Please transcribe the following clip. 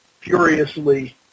furiously